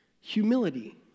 Humility